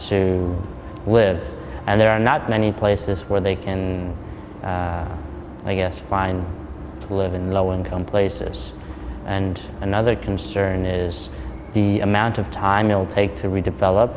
to live and there are not many places where they can i guess find to live in low income places and another concern is the amount of time it will take to redevelop